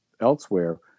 elsewhere